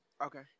Okay